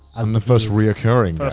um the first reoccurring.